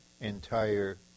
entire